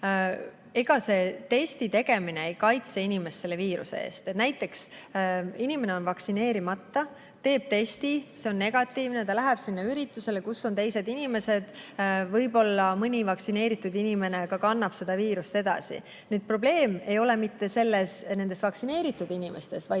ega testi tegemine ei kaitse inimest viiruse eest. Kui inimene on vaktsineerimata, teeb testi, see on negatiivne, ta läheb üritusele, kus on teised inimesed, võib-olla mõni vaktsineeritud inimene kannab seda viirust edasi. Probleem ei ole mitte vaktsineeritud inimestes,